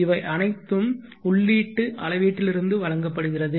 இவை அனைத்தும் உள்ளீட்டு அளவீட்டிலிருந்து வழங்கப்படுகிறது